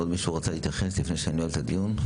עוד מישהו רוצה להתייחס לפני שאני נועל את הדיון?